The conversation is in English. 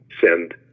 send